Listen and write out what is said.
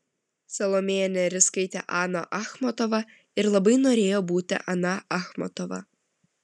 salomėja nėris skaitė aną achmatovą ir labai norėjo būti ana achmatova